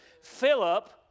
Philip